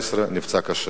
נפצע קשה.